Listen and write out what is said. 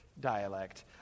dialect